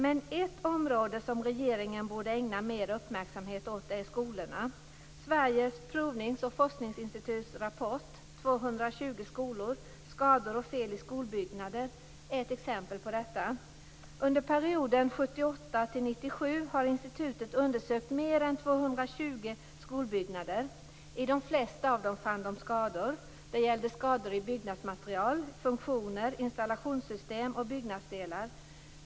Men ett område som regeringen borde ägna mer uppmärksamhet åt är skolorna. Sveriges - Skador och fel i skolbyggnader är ett exempel på detta. Under perioden 1978-1997 har institutet undersökt mer än 220 skolbyggnader. I de flesta av dem fann de skador. Det gällde skador i byggnadsmaterial, funktioner, installationssystem och byggnadsdelar.